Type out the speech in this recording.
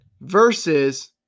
versus